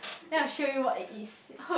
then I will show you what it is